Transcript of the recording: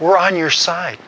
we're on your side